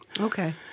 Okay